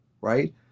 right